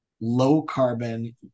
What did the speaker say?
low-carbon